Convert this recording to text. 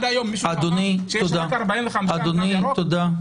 רק 45%. תודה.